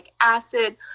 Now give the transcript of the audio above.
acid